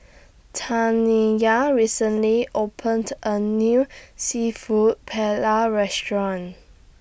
Taniya recently opened A New Seafood Paella Restaurant